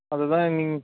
அதுதான் நீங்கள்